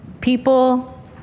people